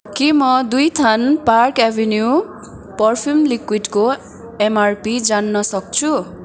के म दुई थान पार्क एभेन्यु पर्फ्युम लिक्विडको एमआरपी जान्न सक्छु